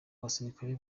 abasirikare